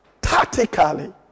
tactically